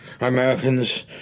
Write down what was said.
Americans